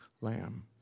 lamb